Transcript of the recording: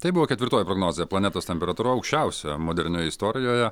tai buvo ketvirtoji prognozė planetos temperatūra aukščiausia modernioje istorijoje